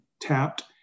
tapped